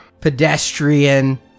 pedestrian